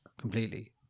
completely